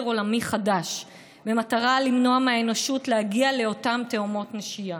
עולמי חדש במטרה למנוע מהאנושות להגיע לאותם תהומות נשייה,